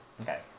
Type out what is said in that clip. Okay